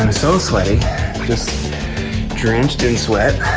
um so sweaty just drenched in sweat.